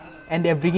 orh